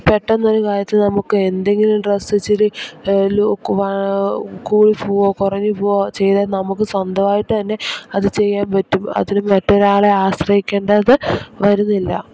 പെട്ടെന്ന് ഒരു കാര്യത്തിന് നമുക്ക് എന്തെങ്കിലും ഡ്രസ്സ് ഇച്ചിരി കൂടി പോവുമോ കുറഞ്ഞുപോവോ ചെയ്താൽ നമുക്ക് സ്വന്തായിട്ട് തന്നെ അത് ചെയ്യാൻ പറ്റും അതിന് മറ്റൊരാളെ ആശ്രയിക്കേണ്ടത് വരുന്നില്ല